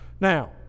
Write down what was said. Now